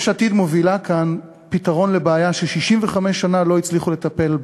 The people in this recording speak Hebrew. יש עתיד מובילה כאן פתרון לבעיה ש-65 שנה לא הצליחו לטפל בה.